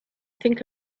think